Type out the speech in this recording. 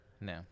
No